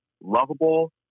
lovable